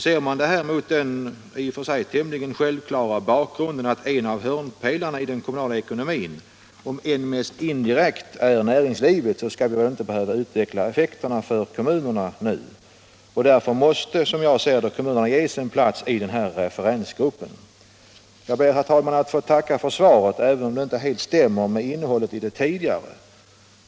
Ser man detta mot den tämligen självklara bakgrunden att en av hörnpelarna 164 i den kommunala ekonomin, om än mest indirekt, är näringslivet, skall KÖRD vi väl inte nu behöva utveckla effekterna för kommunerna. Därför måste kommunerna ges en plats i referensgruppen. Jag ber att få tacka för svaret även om det inte helt stämmer med innehållet i det tidigare lämnade svaret.